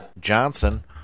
Johnson